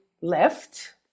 left